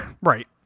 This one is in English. Right